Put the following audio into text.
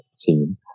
team